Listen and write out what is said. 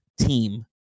team